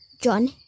John